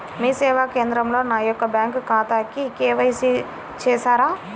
మీ సేవా కేంద్రంలో నా యొక్క బ్యాంకు ఖాతాకి కే.వై.సి చేస్తారా?